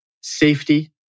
safety